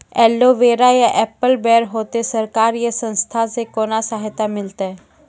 Aloe vera या apple बैर होते? सरकार या संस्था से कोनो सहायता मिलते?